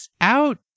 out